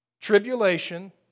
Tribulation